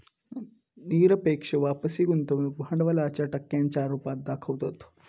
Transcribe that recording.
निरपेक्ष वापसी गुंतवणूक भांडवलाच्या टक्क्यांच्या रुपात दाखवतत